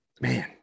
man